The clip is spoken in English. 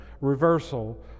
reversal